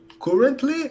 currently